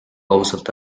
ausalt